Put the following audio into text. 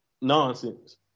nonsense